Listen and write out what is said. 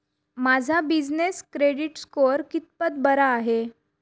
माझा business credit score कितपत बरा आहे?